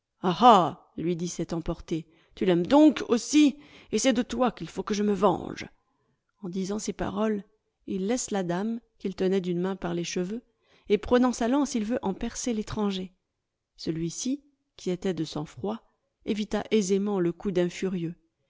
lui dit cet emporté tu l'aimes donc aussi et c'est de toi qu'il faut que je me venge en disant ces paroles il laisse la dame qu'il tenait d'une main par les cheveux et prenant sa lance il veut en percer l'étranger celui-ci qui était de sang-froid évita aisément le coup d'un furieux